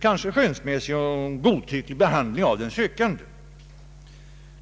kanske en skönsmässig och godtycklig behandling av den sökande.